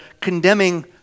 condemning